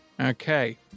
Okay